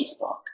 Facebook